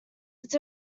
its